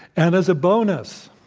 and as a bonus,